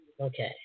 Okay